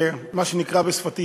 מה שנקרא בשפתי,